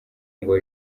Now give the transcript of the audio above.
ngo